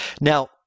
Now